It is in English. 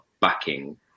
backing